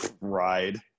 Ride